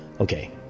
Okay